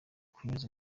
kunyuza